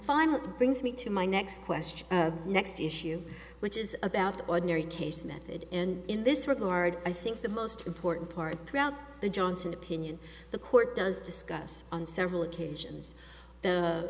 finally brings me to my next question next issue which is about the ordinary case method and in this regard i think the most important part throughout the johnson opinion the court does discuss on several occasions the